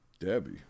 Debbie